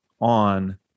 on